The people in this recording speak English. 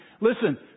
Listen